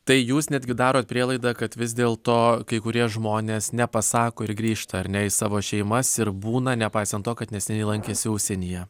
tai jūs netgi darot prielaidą kad vis dėl to kai kurie žmonės nepasako ir grįžta ar ne į savo šeimas ir būna nepaisant to kad neseniai lankėsi užsienyje